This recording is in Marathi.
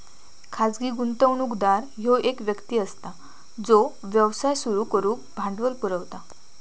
खाजगी गुंतवणूकदार ह्यो एक व्यक्ती असता जो व्यवसाय सुरू करुक भांडवल पुरवता